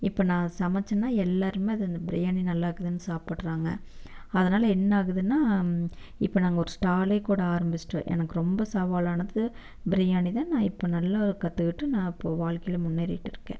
இப்போ நான் சமைச்சேன்னா எல்லாேருமே அது அந்த பிரியாணி நல்லாயிருக்குதுன்னு சாப்பிடுறாங்க அதனால் என்னாகுதுன்னால் இப்போ நாங்கள் ஒரு ஸ்டாலேக்கூட ஆரம்பிச்சுட்டு எனக்கு ரொம்ப சவாலானது பிரியாணி தான் நான் இப்போ நல்லா கற்றுக்கிட்டு நான் இப்போ வாழ்க்கையில முன்னேறிகிட்டு இருக்கேன்